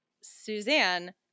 Suzanne